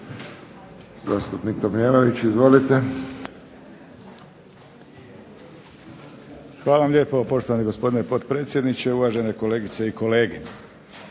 Hvala vam lijepo poštovani gospodine potpredsjedniče. Uvažene kolegice i kolege.